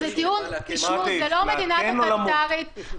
זו לא מדינה טוטליטארית.